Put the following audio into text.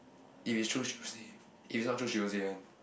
if it's true she will say if it's not true she won't say one